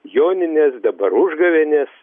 joninės dabar užgavėnės